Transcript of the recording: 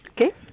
Okay